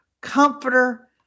comforter